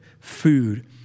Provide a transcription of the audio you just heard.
food